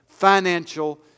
Financial